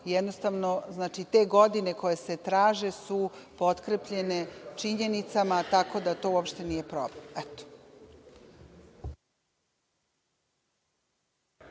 jednostavno te godine koje se traže su potkrepljene činjenicama, tako da to uopšte nije problem.